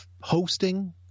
hosting